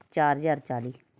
ਚਾਰ ਹਜ਼ਾਰ ਚਾਲੀ